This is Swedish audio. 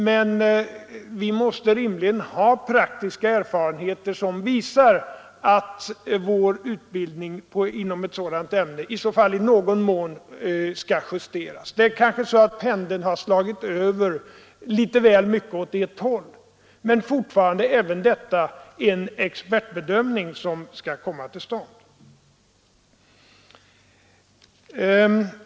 Men vi måste rimligen ha praktiska erfarenheter som visar att utbildningen inom ett sådant ämne i så fall i någon mån skall justeras. Det kanske är så att pendeln har slagit över väl mycket åt ett håll, men fortfarande är det här fråga om en expertbedömning som skall komma till stånd.